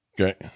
Okay